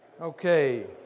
Okay